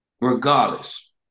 regardless